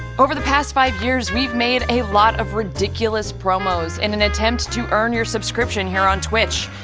over the past five years, we've made a lot of ridiculous promos in an attempt to earn your subscription here on twitch.